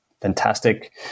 fantastic